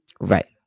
Right